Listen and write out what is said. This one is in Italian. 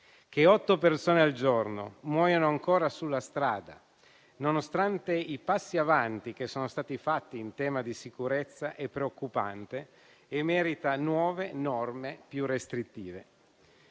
che otto persone al giorno muoiano ancora sulla strada, nonostante i passi avanti che sono stati fatti in tema di sicurezza, è preoccupante e merita nuove norme più restrittive.